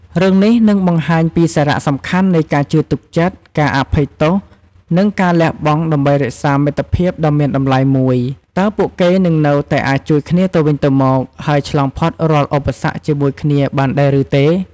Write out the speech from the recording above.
រឿងនេះនឹងបង្ហាញពីសារៈសំខាន់នៃការជឿទុកចិត្ត ការអភ័យទោស និងការលះបង់ដើម្បីរក្សាមិត្តភាពដ៏មានតម្លៃមួយ តើពួកគេនឹងនៅតែអាចជួយគ្នាទៅវិញទៅមក ហើយឆ្លងផុតរាល់ឧបសគ្គជាមួយគ្នាបានដែរឬទេ?